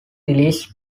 released